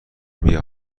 بیا